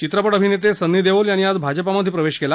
चित्रपट अभिनेते सन्नी देओल यांनी आज भाजपात प्रवेश केला